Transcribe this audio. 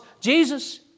Jesus